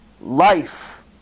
life